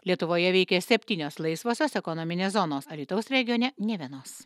lietuvoje veikia septynios laisvosios ekonominės zonos alytaus regione nė vienos